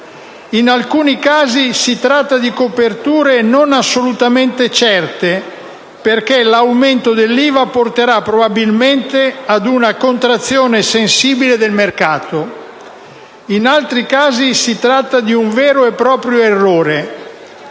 In alcuni casi si tratta di coperture non assolutamente certe, perché l'aumento dell'IVA porterà probabilmente ad una contrazione sensibile del mercato. In altri casi si tratta di un vero e proprio errore: